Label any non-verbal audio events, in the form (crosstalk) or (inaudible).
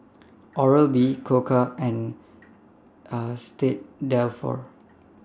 Oral B Koka and (hesitation) S T Dalfour